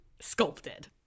sculpted